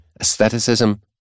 aestheticism